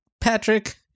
Patrick